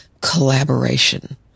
collaboration